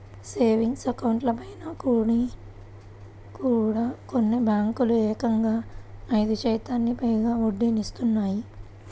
savings అకౌంట్లపైన కూడా కొన్ని బ్యేంకులు ఏకంగా ఏడు శాతానికి పైగా వడ్డీనిత్తన్నాయి